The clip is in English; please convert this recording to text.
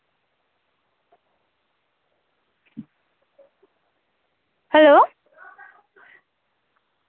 hello